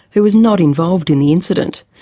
who was not involved in the incident.